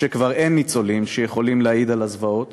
כשכבר אין ניצולים שיכולים להעיד על הזוועות,